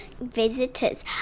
visitors